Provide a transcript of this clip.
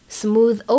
smooth